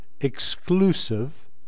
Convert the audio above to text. exclusive